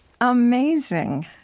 amazing